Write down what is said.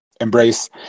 embrace